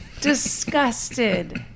disgusted